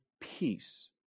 peace